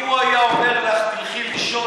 אם הוא היה אומר לך: תלכי לישון,